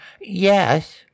Yes